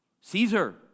Caesar